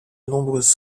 nombreuses